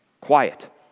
Quiet